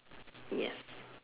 yes